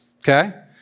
Okay